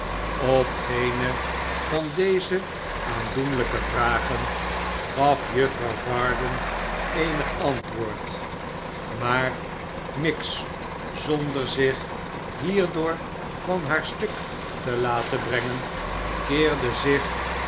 op geene van deze aandoenlijke vragen gaf juffrouw varden eenig antwoord maar miggs zonder zich hierdoor van haar stuk te laten brengen keerde zich